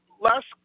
Last